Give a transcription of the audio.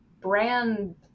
brand